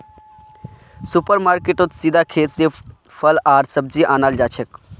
super मार्केटेत सीधा खेत स फल आर सब्जी अनाल जाछेक